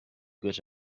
got